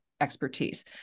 expertise